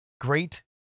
Great